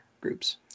groups